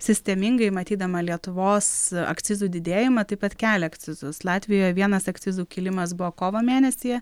sistemingai matydama lietuvos akcizų didėjimą taip pat kelia akcizus latvijoje vienas akcizų kilimas buvo kovo mėnesyje